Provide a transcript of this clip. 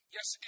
Yes